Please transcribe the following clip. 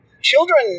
Children